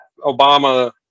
Obama